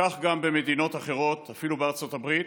כך גם במדינות אחרות, ואפילו בארצות הברית,